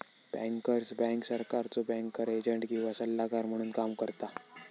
bankers bank सरकारचो banker agent किंवा सल्लागार म्हणून काम करता